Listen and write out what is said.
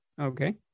Okay